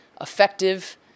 effective